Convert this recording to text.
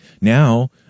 Now